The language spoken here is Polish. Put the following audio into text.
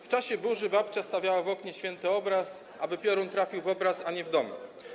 W czasie burzy babcia stawiała w oknie święty obraz, aby piorun trafił w obraz, a nie w dom.